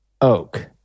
oak